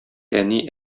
әни